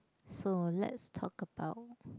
so lets talk about